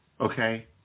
okay